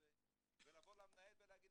ולבוא למנהלת ולהגיד,